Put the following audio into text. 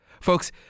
Folks